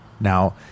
Now